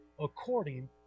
according